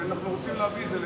ואנחנו רוצים להביא את זה,